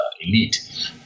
elite